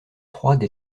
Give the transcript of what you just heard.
froide